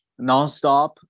nonstop